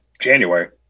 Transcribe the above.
January